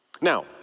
Now